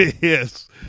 Yes